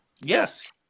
Yes